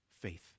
faith